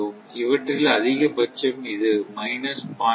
இவற்றில் அதிகபட்சம் இது மைனஸ் 0